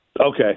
Okay